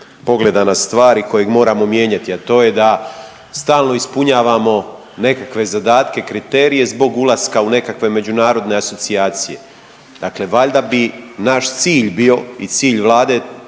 pogleda na stvari kojeg moramo mijenjati, a to je da stalno ispunjavamo nekakve zadatke i kriterije zbog ulaska u nekakve međunarodne asocijacije. Dakle valjda bi naš cilj bio i cilj Vlade